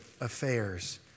affairs